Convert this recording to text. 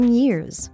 years